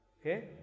okay